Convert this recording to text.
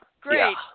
Great